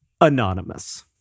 Anonymous